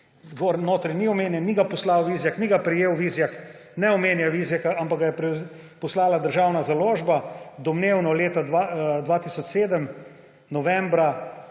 notri ni omenjen, ni ga poslal Vizjak, ni ga prejel Vizjak, ne omenja Vizjaka, ampak ga je poslala Državna založba domnevno novembra